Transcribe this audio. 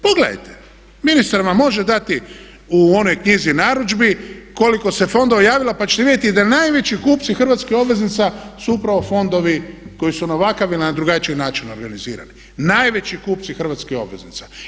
Pogledajte, ministar vam može dati u onoj knjizi narudžbi koliko se fondova javilo, pa ćete vidjeti da najveći kupci hrvatskih obveznica su upravo fondovi koji su na ovakav ili na drugačiji način organizirani, najveći kupci hrvatskih obveznica.